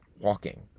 walking